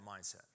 mindset